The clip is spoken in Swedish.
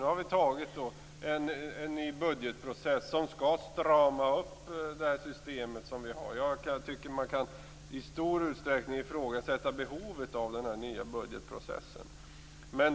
Nu har en ny budgetprocess som skall strama upp det hela antagits. Jag tycker att man i stor utsträckning kan ifrågasätta behovet av denna nya budgetprocess.